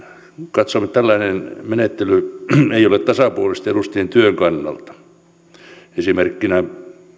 että tällainen menettely ei ole tasapuolista edustajien työn kannalta esimerkkinä